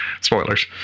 spoilers